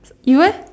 you leh